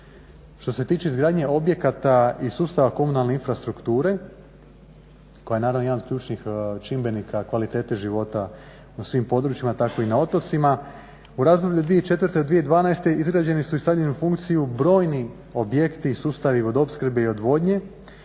Što se tiče izgradnje objekata i sustava komunalne infrastrukture koja je naravno jedan od ključnih čimbenika kvalitete života u svim područjima, tako i na otocima. U razdoblju od 2004. do 2012. izrađeni su i stavljeni u funkciju brojni objekti i sustavi vodoopskrbe i odvodnje.